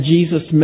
Jesus